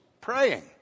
praying